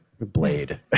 blade